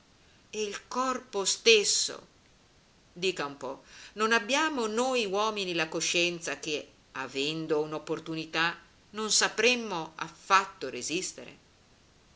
e il corpo stesso dica un po non abbiamo noi uomini la coscienza che avendo un'opportunità non sapremmo affatto resistere